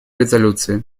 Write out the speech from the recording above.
резолюции